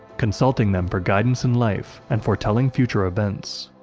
consulting them for guidance in life, and foretelling future events.